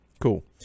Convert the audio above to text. Cool